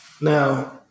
Now